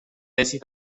tesis